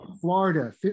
Florida